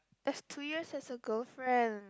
that's two years as a girlfriend